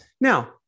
Now